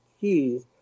keys